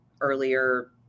earlier